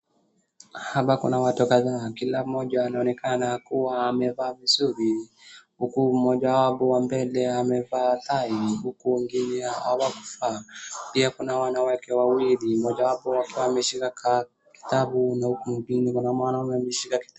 Hapa kuna watu kadhaa. Kila mmoja anaonekana kuwa amevaa vizuri huku mmoja wapo wa mbele amevaa tai huku wengine hawakuvaa. Pia kuna wanawake wawili, mmoja wapo akiwa ameshika kitabu na mwanaume ameshika kitabu.